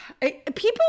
People